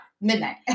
Midnight